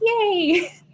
yay